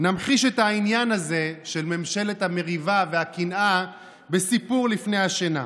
נמחיש את העניין הזה של ממשלת המריבה והקנאה בסיפור לפני השינה.